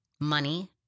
Money